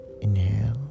inhale